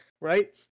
Right